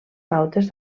pautes